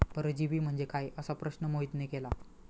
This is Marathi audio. परजीवी म्हणजे काय? असा प्रश्न मोहितने केला